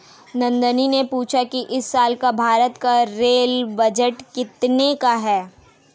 नंदनी ने पूछा कि इस साल भारत का रेल बजट कितने का है?